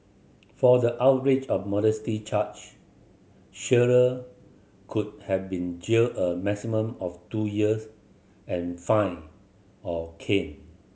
for the outrage of modesty charge Shearer could have been jailed a maximum of two years and fined or caned